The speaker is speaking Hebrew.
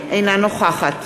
אינה נוכחת